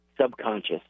subconscious